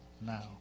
now